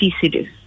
cities